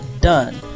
done